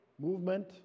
movement